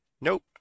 Nope